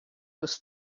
was